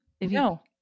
No